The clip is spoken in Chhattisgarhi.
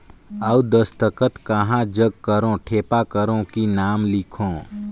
अउ दस्खत कहा जग करो ठेपा करो कि नाम लिखो?